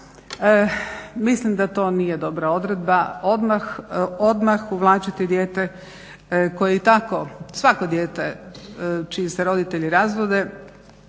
Mislim da to nije dobra odredba, odmah uvlačiti dijete koje i tako, svako dijete čiji se roditelji razvode